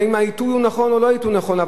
האם העיתוי הוא נכון או לא עיתוי נכון.